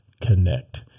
connect